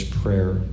prayer